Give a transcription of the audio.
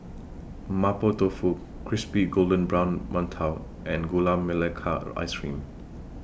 Mapo Tofu Crispy Golden Brown mantou and Gula Melaka Ice Cream